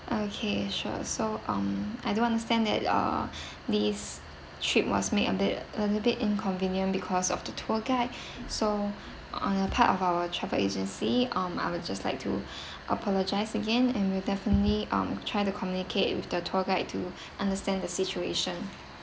okay sure so um I do understand that uh this trip was made a bit a little bit inconvenient because of the tour guide so on apart of our travel agency um I would just like to apologize again and we'll definitely um try to communicate with the tour guide to understand the situation